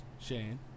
Shane